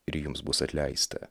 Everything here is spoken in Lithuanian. ir jums bus atleista